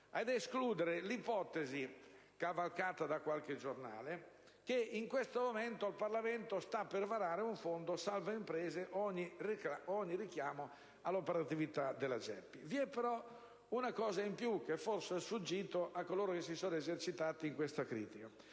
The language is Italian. ad escludere l'ipotesi, cavalcata da qualche giornale, che in questo momento il Parlamento sta per varare un fondo "salva imprese" e ogni richiamo all'operatività della GEPI. Vi è però una cosa in più, che forse è sfuggita a coloro che si sono esercitati in questa critica.